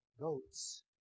goats